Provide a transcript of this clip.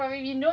but it's worst